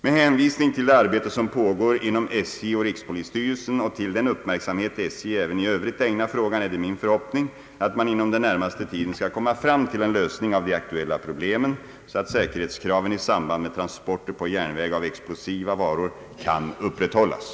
Med hänvisning till det arbete som pågår inom SJ och rikspolisstyrelsen och till den uppmärksamhet SJ även i Övrigt ägnar frågan är det min förhoppning att man inom den närmaste tiden skall komma fram till en lösning av de aktuella problemen så att säkerhetskraven i samband med transporter på järnväg av explosiva varor kan upprätthållas.